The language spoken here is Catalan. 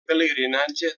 pelegrinatge